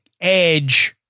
edge